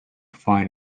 find